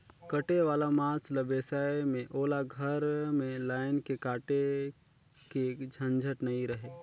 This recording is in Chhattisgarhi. कटे वाला मांस ल बेसाए में ओला घर में लायन के काटे के झंझट नइ रहें